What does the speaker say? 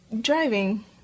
driving